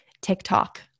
TikTok